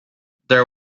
there